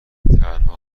تنها